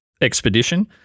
expedition